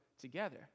together